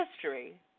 history